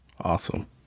Awesome